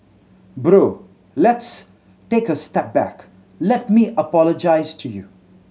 bro let's take a step back let me apologize to you